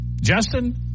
Justin